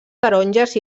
taronges